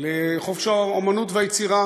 לחופש האמנות והיצירה.